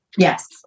Yes